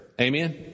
Amen